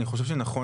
אני חושב שנכון,